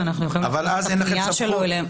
ואנחנו יכולים להעביר את הפנייה שלו אליהם.